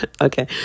Okay